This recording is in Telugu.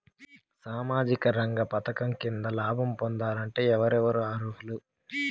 సామాజిక రంగ పథకం కింద లాభం పొందాలంటే ఎవరెవరు అర్హులు?